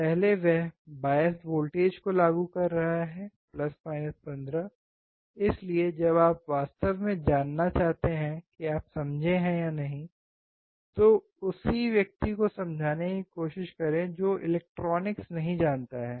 पहले वह bias voltage को लागू कर रहा है 15 इसलिए जब आप वास्तव में जानना चाहते हैं कि आप समझें हैं या नहीं तो उसी व्यक्ति को समझाने की कोशिश करें जो इलेक्ट्रॉनिक्स नहीं जानता है